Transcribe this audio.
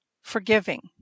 forgiving